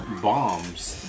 bombs